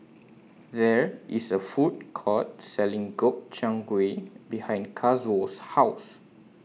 There IS A Food Court Selling Gobchang Gui behind Kazuo's House